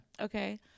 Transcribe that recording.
okay